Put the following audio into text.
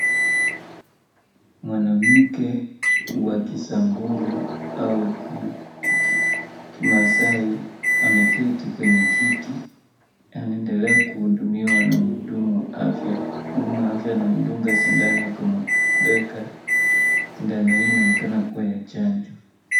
Mwanamke wa Kisamburu au Kimasai ameketi kwenye kiti anaendelea kuhudumiwa na mhudumu wa afya. Mhudumu wa afya anamdunga sindano kama bega, sindano hii inaonekana kuwa ya chanjo.